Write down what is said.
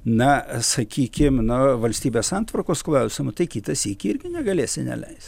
na sakykim na valstybės santvarkos klausimu tai kitą sykį irgi negalėsi neleis